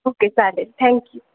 okay चालेल thank you